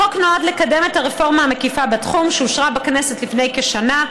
החוק נועד לקדם את הרפורמה המקיפה בתחום שאושרה בכנסת לפני כשנה,